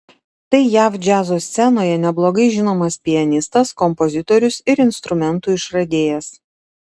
tai jav džiazo scenoje neblogai žinomas pianistas kompozitorius ir instrumentų išradėjas